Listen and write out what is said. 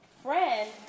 friend